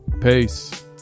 Peace